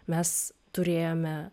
mes turėjome